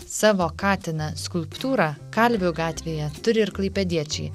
savo katiną skulptūrą kalvių gatvėje turi ir klaipėdiečiai